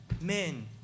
men